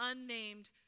unnamed